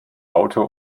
auto